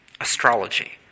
astrology